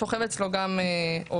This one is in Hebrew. שוכב אצלו גם עו"ש.